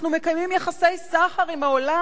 אנחנו מקיימים יחסי סחר עם העולם,